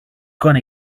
gonna